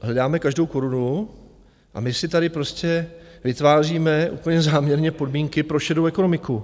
My jsme, hledáme každou korunu a my si tady prostě vytváříme úplně záměrně podmínky pro šedou ekonomiku.